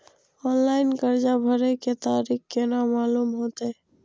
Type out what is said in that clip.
Online कर्जा भरे के तारीख केना मालूम होते?